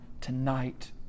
tonight